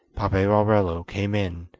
paperarello came in,